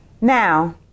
Now